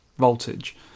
voltage